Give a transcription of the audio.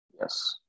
Yes